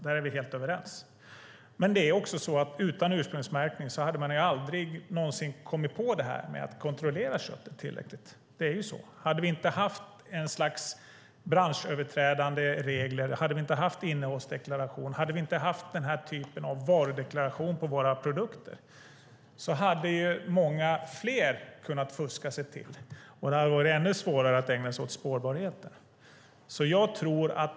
Där är vi helt överens. Utan ursprungsmärkning hade man aldrig någonsin kommit på att kontrollera köttet. Om det inte hade funnits branschöverträdande regler, om det inte funnits innehållsdeklarationer och den typen av varudeklarationer på våra produkter, hade många fler kunnat fuska och det hade varit ännu svårare att ägna sig åt spårbarheten.